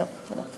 זהו, תודה.